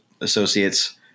associates